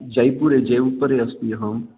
जयपुरे जयपुरे अस्मि अहं